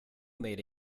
made